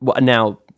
Now